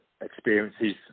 experiences